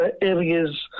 areas